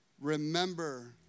Remember